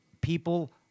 people